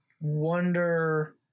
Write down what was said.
wonder